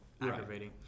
aggravating